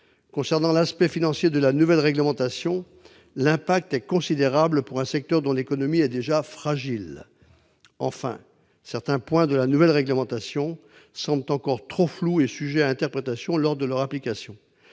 Concernant l'aspect financier de la nouvelle réglementation, l'impact est considérable pour un secteur dont l'économie est déjà fragile. Enfin, certains points de la nouvelle réglementation semblent encore trop flous et sujets à interprétation lors de leur application.